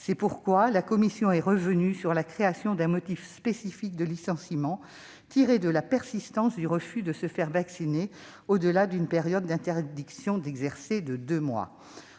C'est pourquoi la commission est revenue sur la création d'un motif spécifique de licenciement, tiré de la persistance du refus de se faire vacciner, au-delà d'une période d'interdiction d'exercer de deux mois.